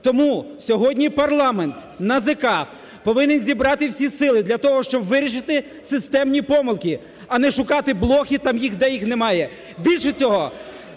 Тому сьогодні парламент, НАЗК повинен зібрати всі сили, для того щоб вирішити системні помилки, а не шукати блохи там, де їх немає. Більше цього,